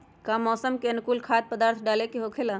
का मौसम के अनुकूल खाद्य पदार्थ डाले के होखेला?